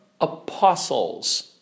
apostles